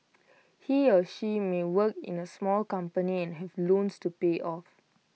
he or she may work in A small company and have loans to pay off